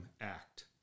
ACT